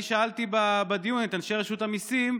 ואני שאלתי בדיון את אנשי רשות המיסים,